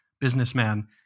businessman